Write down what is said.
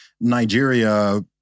Nigeria